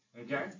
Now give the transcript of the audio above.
Okay